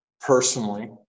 personally